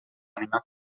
ànima